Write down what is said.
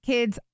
Kids